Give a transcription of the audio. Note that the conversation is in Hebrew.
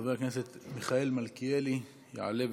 חבר הכנסת מיכאל מלכיאלי יעלה ויבוא.